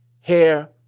Hair